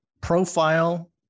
profile